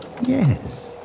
Yes